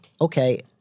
okay